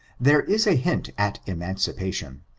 there is a hint at emancipa tion.